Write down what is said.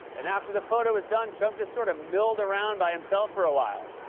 and after the photo was done, trump just sort of milled around by himself for a while.